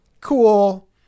Cool